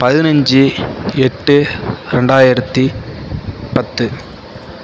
பதினைஞ்க்கு எட்டு ரெண்டாயிரத்தி பத்து